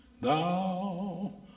thou